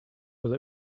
will